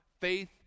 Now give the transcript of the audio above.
faith